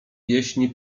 pieśni